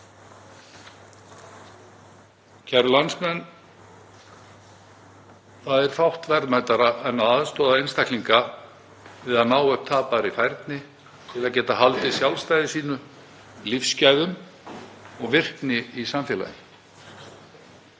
Kæru landsmenn. Það er fátt verðmætara en að aðstoða einstaklinga við að ná upp tapaðri færni til að geta haldið sjálfstæði sínu, lífsgæðum og virkni í samfélaginu.